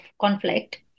conflict